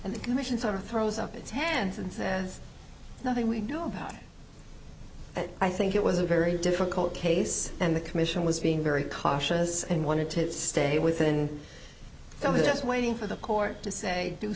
and the commissions are throws up its hands and says nothing we know about it i think it was a very difficult case and the commission was being very cautious and wanted to stay within with us waiting for the court to say do